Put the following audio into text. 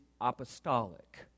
apostolic